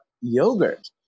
yogurt